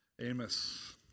Amos